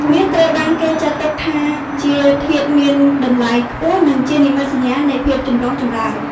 មាសត្រូវបានគេចាត់ទុកថាជាធាតុមានតម្លៃខ្ពស់ និងជានិមិត្តសញ្ញានៃភាពចម្រុងចម្រើន។